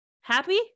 happy